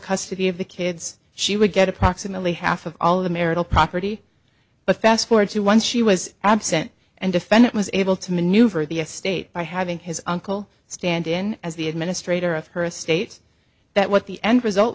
custody of the kids she would get approximately half of all of the marital property but fast forward to once she was absent and defendant was able to maneuver the state by having his uncle stand in as the administrator of her estate that what the end result